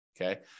Okay